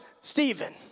Stephen